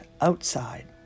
outside